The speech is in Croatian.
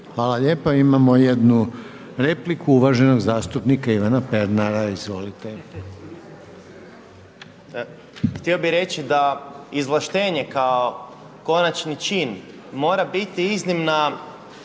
Hvala lijepo. Imamo jednu repliku uvaženog zastupnika Ivana Pernara, izvolite. **Pernar, Ivan (Živi zid)** Htio bih reći da izvlaštenje kao konačni čin mora biti iznimna